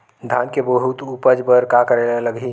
धान के बहुत उपज बर का करेला लगही?